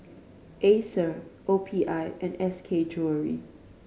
Acer O P I and S K Jewellery